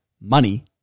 money